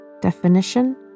definition